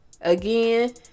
Again